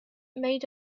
made